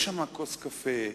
יש שם כוס קפה,